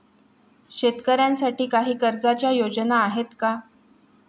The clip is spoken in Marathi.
शेतकऱ्यांसाठी काही कर्जाच्या योजना आहेत का?